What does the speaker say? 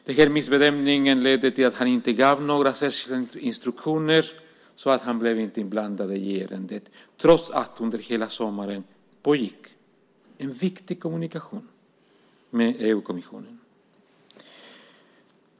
Den missbedömningen ledde till att han inte gav några särskilda instruktioner och inte blev inblandad i ärendet trots att det under hela sommaren pågick en viktig kommunikation med EU-kommissionen.